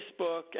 Facebook